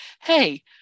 hey